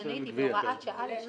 אבל הם חיים עם העלויות האלה היום.